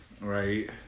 Right